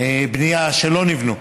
לבנייה שלא נבנו.